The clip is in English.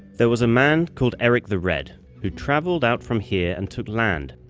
there was a man called erik the red who traveled out from here and took land.